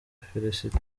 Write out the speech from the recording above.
felicite